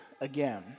again